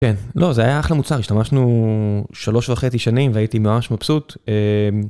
כן לא זה היה אחלה מוצר השתמשנו שלוש וחצי שנים והייתי ממש מבסוט.